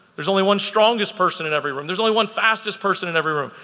there's only one strongest person in every room. there's only one fastest person in every room.